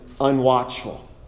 unwatchful